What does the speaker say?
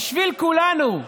בשביל כולנו: